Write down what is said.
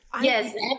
Yes